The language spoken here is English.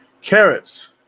Carrots